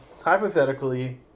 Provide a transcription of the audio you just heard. Hypothetically